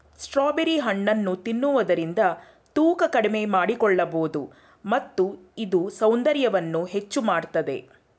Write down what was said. strawberry ಹಣ್ಣನ್ನು ತಿನ್ನುವುದರಿಂದ ತೂಕ ಕಡಿಮೆ ಮಾಡಿಕೊಳ್ಳಬೋದು ಮತ್ತು ಇದು ಸೌಂದರ್ಯವನ್ನು ಹೆಚ್ಚು ಮಾಡತ್ತದೆ